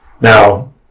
Now